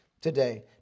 today